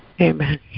Amen